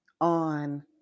on